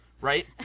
right